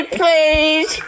please